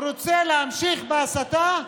הוא רוצה להמשיך בהסתה,